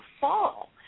fall